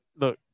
look